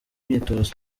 imyitozo